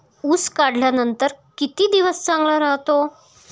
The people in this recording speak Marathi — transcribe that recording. ऊस काढल्यानंतर किती दिवस चांगला राहतो?